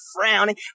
frowning